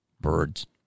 Birds